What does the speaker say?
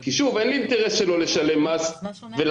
כי שוב אין לי אינטרס שלא לשלם מס ולהפסיד